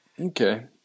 Okay